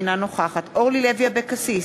אינה נוכחת אורלי לוי אבקסיס,